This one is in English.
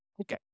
Okay